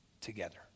together